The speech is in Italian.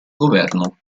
governo